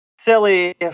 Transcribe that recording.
silly